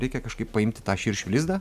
reikia kažkaip paimti tą širšių lizdą